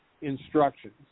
instructions